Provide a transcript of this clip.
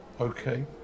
Okay